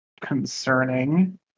concerning